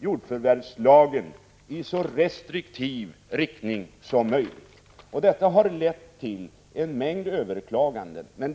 jordförvärvslagen så restriktivt som möjligt, vilket har lett till en mängd överklaganden.